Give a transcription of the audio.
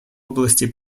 области